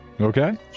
Okay